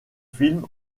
films